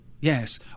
Yes